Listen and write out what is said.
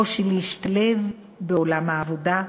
קושי להשתלב בעולם העבודה,